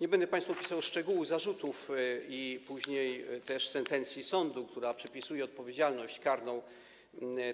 Nie będę państwu opisywał szczegółów zarzutów i późniejszej sentencji sądu, w której przypisuje się odpowiedzialność karną